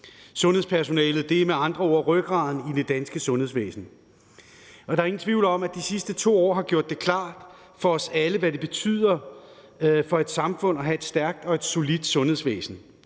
Sundhedspersonalet er med andre ord rygraden i det danske sundhedsvæsen. Der er ingen tvivl om, at de sidste 2 år har gjort det klart for os alle, hvad det betyder for et samfund at have et stærkt og solidt sundhedsvæsen.